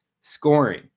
scoring